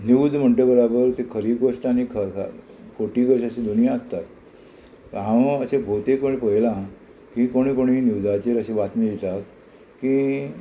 news म्हणटा बराबर ती खरी गोश्ट आनी खोटी गोश्ट अशी दोनी आसता हांव अशें भोवतेक कडेन पळयलां की कोणी कोणी न्यूजाचेर अशी बातमी दिता की